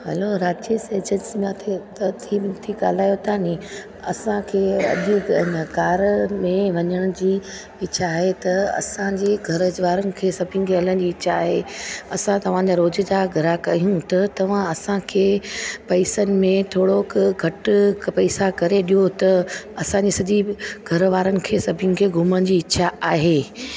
hello राचीस agency मां तव्हां त्रिमुर्ती ॻाल्हायो था नी असांखे अॼु कार्यक्रम में वञण जी इछा आहे त असांजे घरु वारनि खे सभिनि खे हलण जी इछा आहे असां तव्हांजा रोज़ जा ग्राहक आहियूं त तव्हां असांखे पैसनि में थोरो घटि पैसा करे ॾियो त असांजे सॼी घरु वारबि खे सभिनि खे घुमण जी इछा आहे